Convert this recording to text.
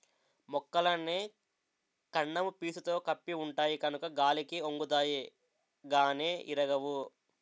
మొక్కలన్నీ కాండము పీసుతో కప్పి ఉంటాయి కనుక గాలికి ఒంగుతాయి గానీ ఇరగవు